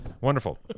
Wonderful